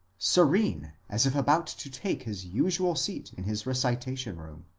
serene as if about to take his usual seat in his recitation-room.